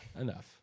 Enough